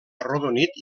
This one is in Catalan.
arrodonit